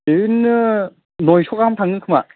बिदिनो नयस' गाहाम थाङो खोमा